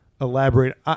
elaborate